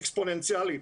אקספוננציאלית,